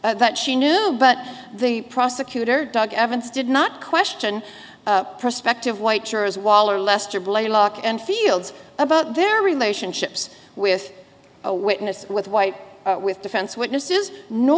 that she knew but the prosecutor doug evans did not question prospective white jurors waller lester blaylock and fields about their relationships with a witness with white with defense witnesses no